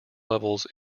levels